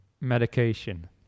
medication